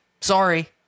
Sorry